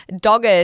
dogged